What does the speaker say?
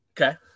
Okay